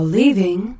leaving